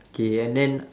okay and then